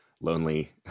lonely